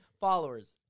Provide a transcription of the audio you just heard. followers